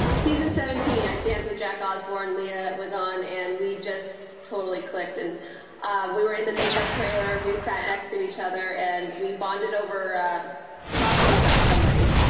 season seventeen, i danced with jack osborne. leah was on and we just totally clicked, and we were in the makeup trailer. we sat next to each other and we bonded over talking about somebody,